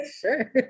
Sure